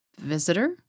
Visitor